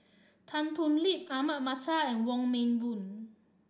Tan Thoon Lip Ahmad Mattar and Wong Meng Voon